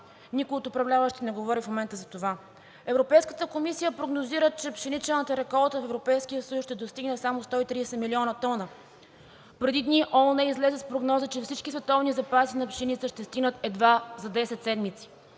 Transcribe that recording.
Никой от управляващите не говори в момента за това. Европейската комисия прогнозира, че пшеничената реколта в Европейския съюз ще достигне само 130 млн. т. Преди дни ООН излезе с прогноза, че всички световни запаси на пшеница ще стигнат едва за 10 седмици.